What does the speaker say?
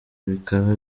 bikaba